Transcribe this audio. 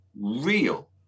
real